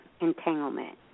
entanglement